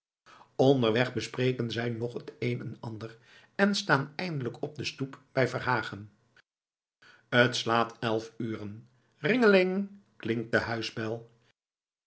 bespreken zij nog het een en ander en staan eindelijk op de stoep bij verhagen t slaat elf uren ringelinggeling klinkt de huisschel